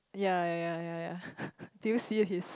yea yea yea yea yea do you see his